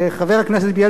חבר הכנסת בילסקי,